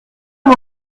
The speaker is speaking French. mon